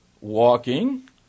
walking